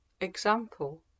Example